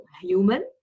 Human